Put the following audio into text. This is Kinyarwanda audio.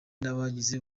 n’abagize